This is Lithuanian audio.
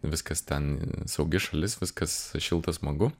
viskas ten saugi šalis viskas šilta smagu